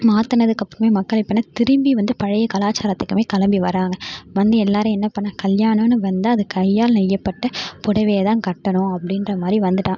மாற்றினதுக்கு அப்புறமே மக்கள் எப்படின்னா திரும்பி வந்து பழைய கலாச்சாரத்துக்குமே கிளம்பி வராங்க வந்து எல்லாேரும் என்னப் பண்ண கல்யாணன்னு வந்தால் அது கையால் நெய்யப்பட்ட புடவைய தான் கட்டணும் அப்படின்ற மாதிரி வந்துவிட்டோம்